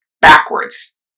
backwards